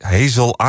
Hazel